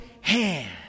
hand